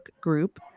group